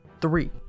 three